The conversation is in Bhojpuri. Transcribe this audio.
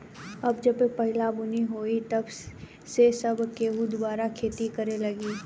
अब जबे पहिला बुनी होई तब से सब केहू दुबारा खेती करे लागी